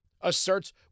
asserts